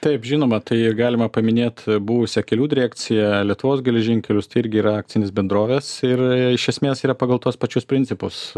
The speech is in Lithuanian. taip žinoma tai galima paminėt buvusią kelių direkciją lietuvos geležinkelius tai irgi yra akcinės bendrovės ir iš esmės yra pagal tuos pačius principus